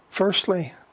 Firstly